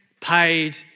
paid